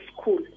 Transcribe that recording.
school